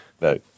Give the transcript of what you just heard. No